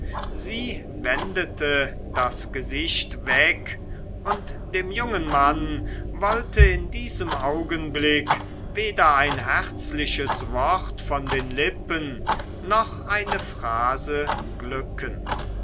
sie wendete das gesicht weg und dem jungen manne wollte in diesem augenblick weder ein herzliches wort von den lippen noch eine phrase glücken